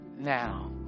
now